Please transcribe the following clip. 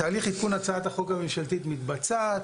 תהליך עדכון הצעת החוק הממשלתית מתבצעת,